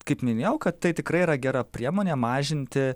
kaip minėjau kad tai tikrai yra gera priemonė mažinti